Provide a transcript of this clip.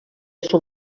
són